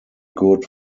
good